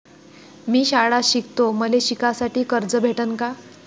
मी शाळा शिकतो, मले शिकासाठी कर्ज भेटन का?